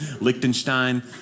Liechtenstein